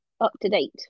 up-to-date